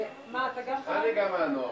נוער,